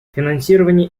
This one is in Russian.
финансирование